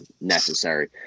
necessary